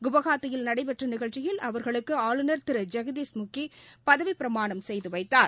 குவாஹாத்தியில் நடைபெற்ற நிகழ்ச்சியில் அவர்களுக்கு ஆளுநா திரு ஜெகதீஷ் முக்கி பதவிப் பிரமாணம் செய்து வைத்தார்